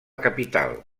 capital